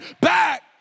back